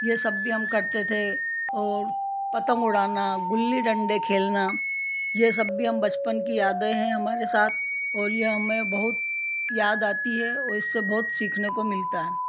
ये सब भी हम करते थे और पतंग उड़ाना गुल्ली डंडे खेलना ये सब भी हम बचपन की यादें हैं हमारे साथ और यह हमें बहुत याद आती है और इससे बहुत सीखने को मिलता है